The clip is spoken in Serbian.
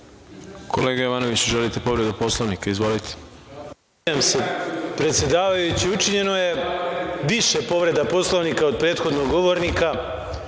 Kolega Jovanoviću, želite povredu Poslovnika? Izvolite. **Neđo Jovanović** Učinjeno je više povreda Poslovnika od prethodnog govornika.